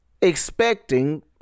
expecting